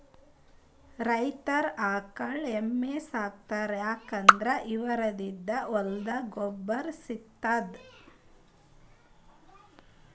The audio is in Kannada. ರೈತರ್ ಆಕಳ್ ಎಮ್ಮಿ ಸಾಕೋತಾರ್ ಯಾಕಂದ್ರ ಇವದ್ರಿನ್ದ ಹೊಲಕ್ಕ್ ಗೊಬ್ಬರ್ ಸಿಗ್ತದಂತ್